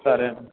సరే అండి